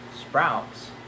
sprouts